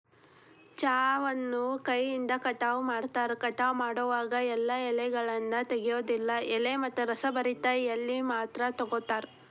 ಚಹಾವನ್ನು ಕೈಯಿಂದ ಕಟಾವ ಮಾಡ್ತಾರ, ಕಟಾವ ಮಾಡೋವಾಗ ಎಲ್ಲಾ ಎಲೆಗಳನ್ನ ತೆಗಿಯೋದಿಲ್ಲ ಎಳೆ ಮತ್ತ ರಸಭರಿತ ಎಲಿ ಮಾತ್ರ ತಗೋತಾರ